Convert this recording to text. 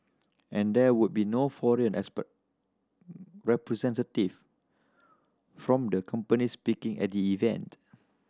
and there would be no foreign representative from the companies speaking at the event